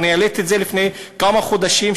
ואני העליתי את זה לפני כמה חודשים,